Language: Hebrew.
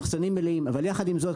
אבל יחד עם זאת,